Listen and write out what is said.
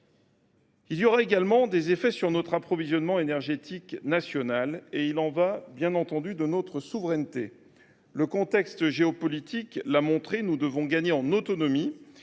auront également des effets sur notre approvisionnement énergétique national. Il y va de notre souveraineté. Le contexte géopolitique l’a montré, nous devons gagner en autonomie.